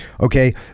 Okay